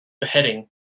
beheading